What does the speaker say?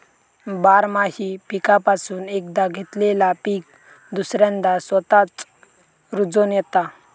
बारमाही पीकापासून एकदा घेतलेला पीक दुसऱ्यांदा स्वतःच रूजोन येता